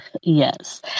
yes